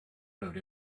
road